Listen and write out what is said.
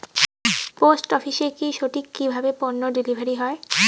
Post অফিসে কি সঠিক কিভাবে পন্য ডেলিভারি হয়?